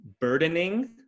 burdening